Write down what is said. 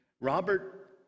Robert